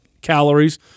calories